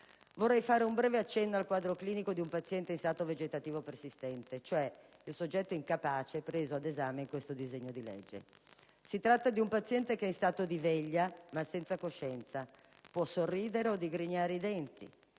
Vorrei fare un breve accenno al quadro clinico di un paziente in stato vegetativo persistente, cioè il soggetto incapace preso ad esame in questo disegno di legge. Si tratta di un paziente che è in stato di veglia ma senza coscienza, può sorridere o digrignare i denti,